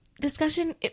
discussion